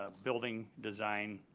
ah building design,